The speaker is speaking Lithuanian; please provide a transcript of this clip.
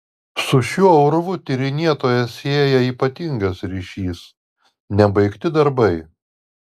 su šiuo urvu tyrinėtoją sieja ypatingas ryšys nebaigti darbai